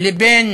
לבין